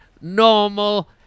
normal